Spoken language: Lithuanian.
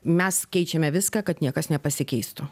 mes keičiame viską kad niekas nepasikeistų